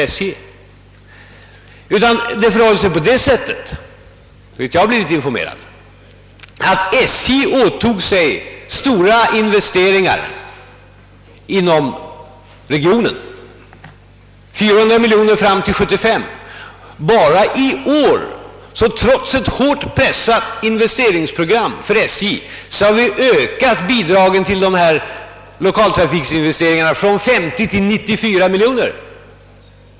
Enligt de informationer jag har fått förhåller det sig på det sättet, att SJ åtog sig stora investeringar inom regionen — 400 miljoner kronor fram till 1975. Trots SJ:s hårt pressade investeringsprogram har man bara i år ökat dessa bidrag till 1lokaltrafikinvesteringarna från 51 till 94 miljoner kronor.